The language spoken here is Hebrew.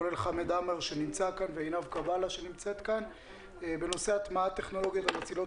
כולל חמד עמאר ועינב קאבלה שנמצאים כאן בנושא הטמעת טכנולוגיות המצילות